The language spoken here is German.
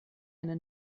eine